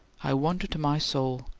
i wonder to my soul!